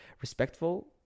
respectful